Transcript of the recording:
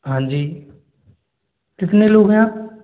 हाँ जी कितने लोग हैं आप